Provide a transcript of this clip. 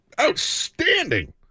Outstanding